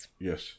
Yes